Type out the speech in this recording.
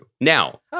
Now